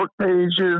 pages